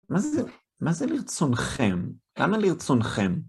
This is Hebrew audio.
מה זה לרצונכם? למה לרצונכם?